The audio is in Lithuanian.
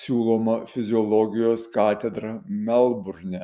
siūloma fiziologijos katedra melburne